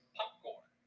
popcorn